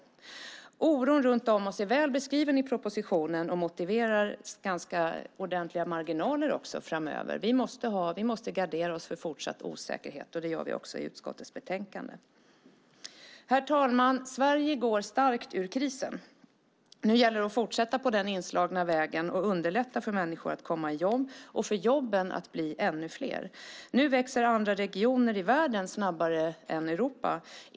Oron runt om oss är väl beskriven i propositionen, och motiverar också ganska ordentliga marginaler framöver. Vi måste gardera oss för fortsatt osäkerhet, och det gör vi också i utskottets betänkande. Herr talman! Sverige går starkt ur krisen. Nu gäller det att fortsätta på den inslagna vägen och underlätta för människor att komma i jobb och för jobben att bli ännu fler. Nu växer andra regioner i världen snabbare än Europa.